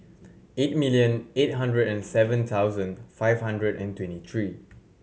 eight million eight hundred and seven thousand five hundred and twenty three